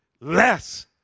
less